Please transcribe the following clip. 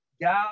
God